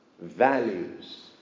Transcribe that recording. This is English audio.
values